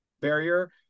barrier